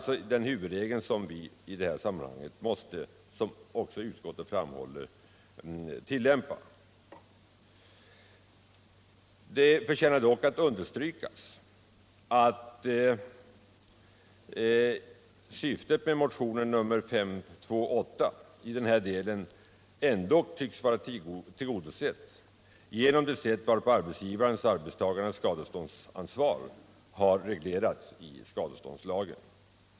Det är den huvudregel vi i detta sammanhang måste tillämpa, vilket även utskottet framhåller. Det förtjänar dock understrykas att syftet med motionen 528 i denna del ändock tycks vara tillgodosett genom det sätt varpå arbetsgivarens och arbetstagarens skadeståndsansvar har reglerats i skadeståndslagen.